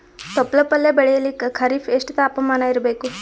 ತೊಪ್ಲ ಪಲ್ಯ ಬೆಳೆಯಲಿಕ ಖರೀಫ್ ಎಷ್ಟ ತಾಪಮಾನ ಇರಬೇಕು?